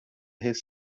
his